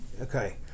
Okay